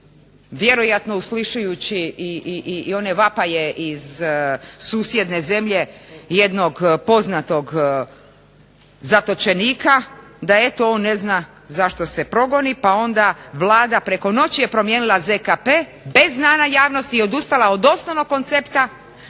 vjerojatno uslišujući i one vapaje iz susjedne zemlje jednog poznatog zatočenika, da eto on ne zna zašto se progoni pa je onda Vlada preko noći je promijenila ZKP bez znanja javnosti i odustala od osnovnog koncepta